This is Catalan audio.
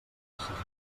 decisions